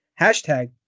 Hashtag